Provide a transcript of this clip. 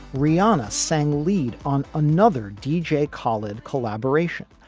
riana sang lead on another deejay, call it collaboration.